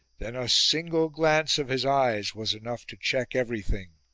then a single glance of his eyes was enough to check every thing,